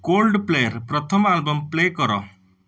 cold play ପ୍ରଥମ album play କର